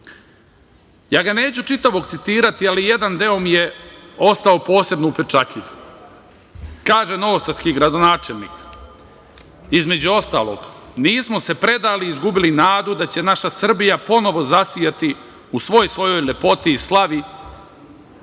Ja ga neću čitavog citirati, ali jedan deo mi je ostao posebno upečatljiv. Kaže novosadski gradonačelnik - između ostalog nismo se predali, izgubili nadu da će naša Srbija ponovo zasijati u svoj svojoj lepoti i slavi,